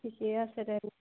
ঠিকে আছে